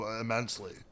immensely